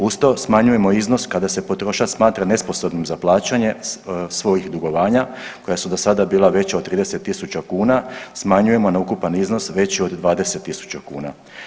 Uz to smanjujemo iznos kada se potrošač smatra nesposobnim za plaćanje svojih dugovanja koja su do sada bila veća od 30.000 kuna, smanjujemo na ukupan iznos veći od 20.000 kuna.